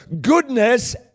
goodness